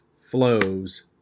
flows